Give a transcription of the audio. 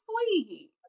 sweet